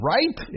Right